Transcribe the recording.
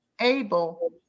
able